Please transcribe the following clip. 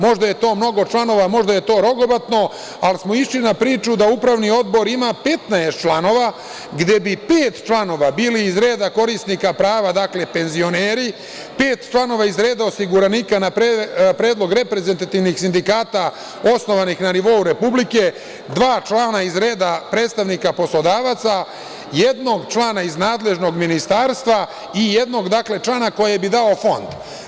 Možda je to mnogo članova, možda je to rogobatno, ali smo išli na priču da Upravni odbor ima 15 članova, gde bi pet članova bilo iz reda korisnika prava, dakle penzioneri, pet članova iz reda osiguranika na predlog reprezentativnih sindikata osnovanih na nivou Republike, dva člana iz reda predstavnika poslodavaca, jednog člana iz nadležnog ministarstva i jednog člana kojeg bi dao Fond.